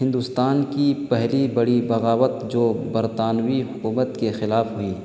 ہندوستان کی پہلی بڑی بغاوت جو برطانوی حکومت کے خلاف ہوئی